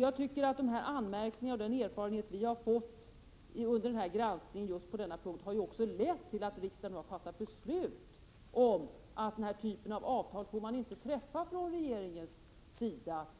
Jag påpekar att de här anmärkningarna, och den erfarenhet vi har fått under granskningen just på denna punkt, har lett till att riksdagen har fattat beslut om att regeringen inte får träffa denna typ av avtal